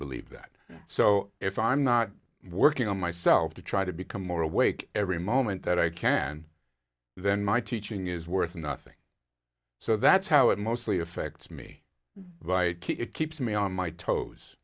believe that so if i'm not working on myself to try to become more awake every moment that i can then my teaching is worth nothing so that's how it mostly affects me but i keep it keeps me on my toes